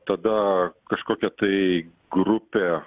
tada kažkokia tai grupė